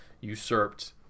usurped